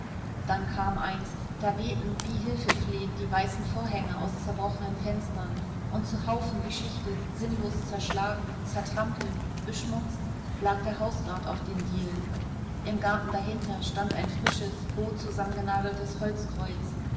dann kam eins da wehten wie hilfeflehend die weißen vorhänge aus zerbrochenen fenstern und zu haufen geschichtet sinnlos zerschlagen zertrampelt beschmutzt lag der hausrat auf den dielen im garten dahinter stand ein frisches roh zusammengenageltes holzkreuz